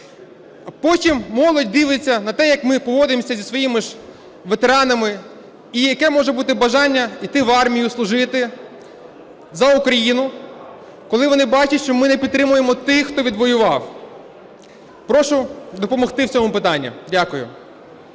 Потім молодь дивиться на те, як ми поводиться зі своїми ж ветеранами і яке може бути бажання іти в армію служити за Україну, коли вони бачать, що ми не підтримуємо тих, хто відвоював. Прошу допомогти в цьому питанні. Дякую.